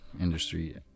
industry